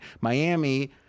Miami